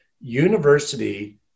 University